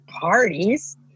parties